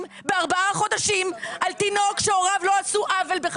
בארבעה חודשים על תינוק שהוריו לא עשו עוול.